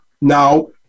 Now